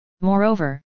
moreover